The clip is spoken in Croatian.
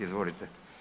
Izvolite.